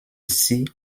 six